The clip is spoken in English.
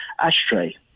ashtray